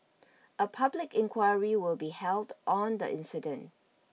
a public inquiry will be held on the incident